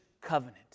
covenant